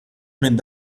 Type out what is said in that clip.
minn